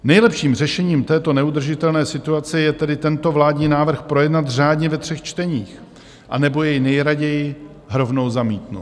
Nejlepším řešením této neudržitelné situace je tedy tento vládní návrh projednat řádně ve třech čteních, anebo jej nejraději rovnou zamítnout.